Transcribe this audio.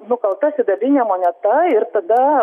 nukalta sidabrinė moneta ir tada